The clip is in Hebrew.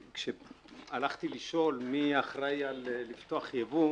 כשהלכתי לשאול מי אחראי על פתיחת ייבוא